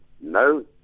no